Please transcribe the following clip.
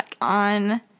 on